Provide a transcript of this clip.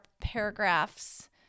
paragraphs